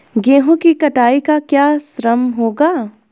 गेहूँ की कटाई का क्या श्रम होगा?